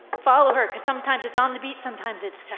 follow her because sometimes it is on the beat. sometimes it